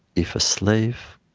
if a slave